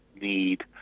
need